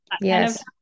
yes